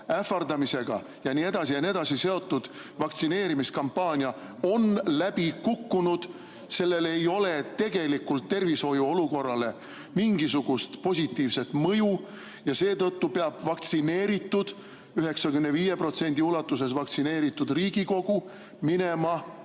ähvardamisega jne seotud vaktsineerimiskampaania on läbi kukkunud. Sellel ei ole tegelikult tervishoiu olukorrale mingisugust positiivset mõju ja seetõttu peab vaktsineeritud, 95% ulatuses vaktsineeritud Riigikogu minema